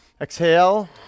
Exhale